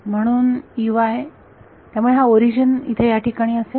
म्हणून त्यामुळे हा ओरिजन इथे याठिकाणी असेल